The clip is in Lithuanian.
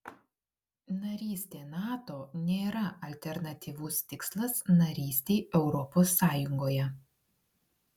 narystė nato nėra alternatyvus tikslas narystei europos sąjungoje